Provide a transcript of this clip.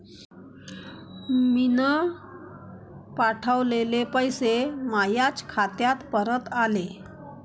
मीन पावठवलेले पैसे मायाच खात्यात परत आले